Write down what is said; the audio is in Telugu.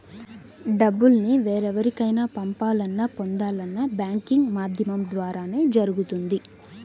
డబ్బుల్ని వేరెవరికైనా పంపాలన్నా, పొందాలన్నా బ్యాంకింగ్ మాధ్యమం ద్వారానే జరుగుతుంది